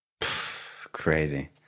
Crazy